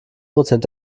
prozent